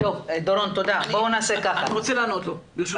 אני רוצה לענות ברשותך.